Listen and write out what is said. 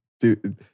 Dude